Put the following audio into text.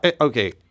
okay